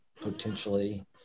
potentially